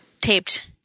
taped